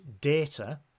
data